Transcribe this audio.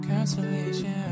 Constellation